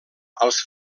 als